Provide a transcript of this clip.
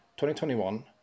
2021